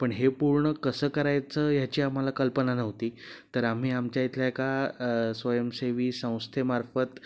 पण हे पूर्ण कसं करायचं ह्याची आम्हाला कल्पना नव्हती तर आम्ही आमच्या इथल्या एका स्वयंसेवी संस्थेमार्फत